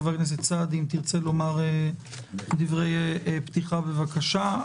חבר הכנסת סעדי, אם תרצה לומר דברי פתיחה, בבקשה.